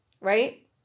right